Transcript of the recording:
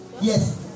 Yes